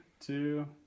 two